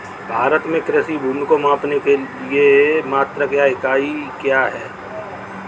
भारत में कृषि भूमि को मापने के लिए मात्रक या इकाई क्या है?